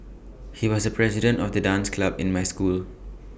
he was the president of the dance club in my school